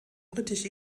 britisch